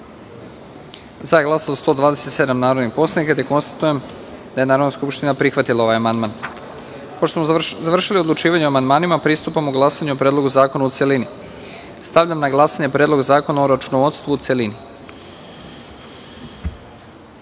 prisutnih 180 narodnih poslanika. Konstatujem da je Narodna skupština prihvatila ovaj amandman. Pošto smo završili odlučivanje o amandmanima, pristupamo glasanju o Predlogu zakona u celini. Stavljam na glasanje Predlog zakona o računovodstvu, u celini. Molim